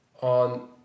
on